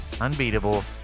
Unbeatable